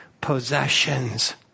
possessions